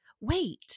wait